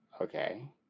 Okay